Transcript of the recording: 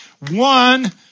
One